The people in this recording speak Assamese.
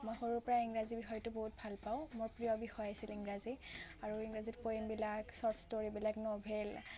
মই সৰুৰ পৰাই ইংৰাজী বিষয়টো বহুত ভাল পাওঁ মোৰ প্ৰিয় বিষয় আছিল ইংৰাজী আৰু ইংৰাজীত পয়েমবিলাক চৰ্ট ষ্টৰিবিলাক ন'ভেল